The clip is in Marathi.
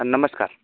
हा नमस्कार